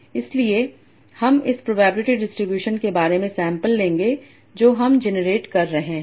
इसलिए हम इस प्रोबेबिलिटी डिस्ट्रीब्यूशन के बारे में सैम्पल लेंगे और जो हम जनरेट कर रहे हैं